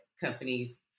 companies